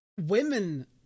Women